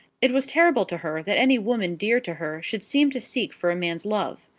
it was terrible to her that any woman dear to her should seem to seek for a man's love.